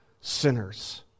sinners